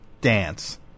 dance